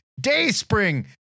Dayspring